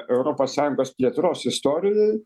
europos sąjungos plėtros istorijoj